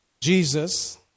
Jesus